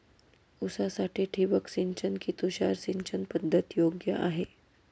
ऊसासाठी ठिबक सिंचन कि तुषार सिंचन पद्धत योग्य आहे?